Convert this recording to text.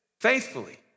Faithfully